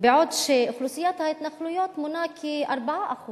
בעוד שאוכלוסיית ההתנחלויות מונה כ-4%